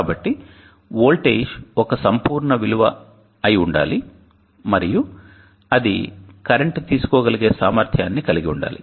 కాబట్టి వోల్టేజ్ ఒక సంపూర్ణ విలువ అయి ఉండాలి మరియు అది కరెంట్ తీసుకోగలిగే సామర్థ్యాన్ని కలిగి ఉండాలి